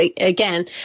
again